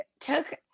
took